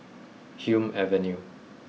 Hume Avenue